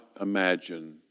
imagine